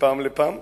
מפעם לפעם.